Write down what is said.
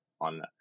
on